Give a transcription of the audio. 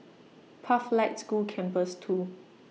Pathlight School Campus two